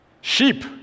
Sheep